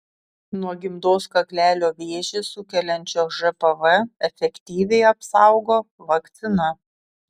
nuo gimdos kaklelio vėžį sukeliančio žpv efektyviai apsaugo vakcina